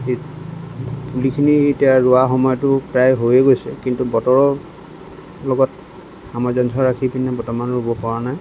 পুলিখিনি এতিয়া ৰোৱা সময়টো প্ৰায় হৈয়ে গৈছে কিন্তু বতৰৰ লগত সামঞ্জস্য় ৰাখি পিনে বৰ্তমান ৰুব পৰা নাই